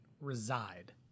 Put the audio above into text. reside